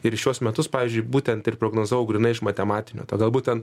ir į šiuos metus pavyzdžiui būtent ir prognozavau grynai iš matematinio tada būtent